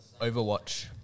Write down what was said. Overwatch